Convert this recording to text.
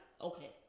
Okay